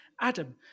Adam